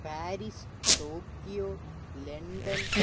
Paris Tokyo London